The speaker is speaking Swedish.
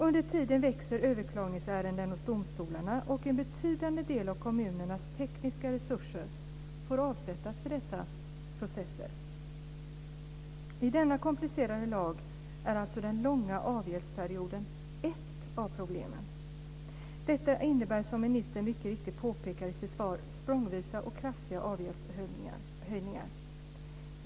Under tiden växer överklagningsärendena hos domstolarna, och en betydande del av kommunernas tekniska resurser får avsättas för dessa processer. I denna komplicerade lag är alltså den långa avgäldsperioden ett av problemen. Detta innebär, som ministern mycket riktigt påpekar i sitt svar, språngvisa och kraftiga avgäldshöjningar.